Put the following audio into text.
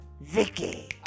Vicky